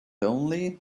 only